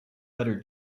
letter